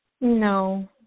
No